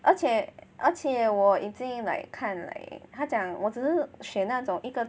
而且而且我已经 like 看来 like 他讲我只是选那种一个